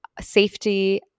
safety